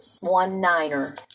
one-niner